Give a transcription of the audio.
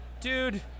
dude